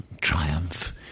triumph